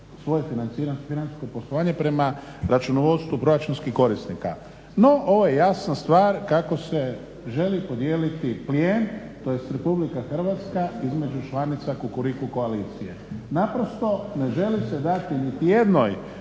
svoje financijsko poslovanje prema računovodstvu proračunskih korisnika. No ovo je jasna stvar kako se želi podijeliti plijen tj. Republika Hrvatska između članica kukuriku koalicije. Naprosto ne želi se dati niti jednoj